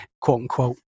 quote-unquote